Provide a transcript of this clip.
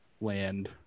land